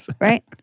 Right